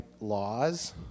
laws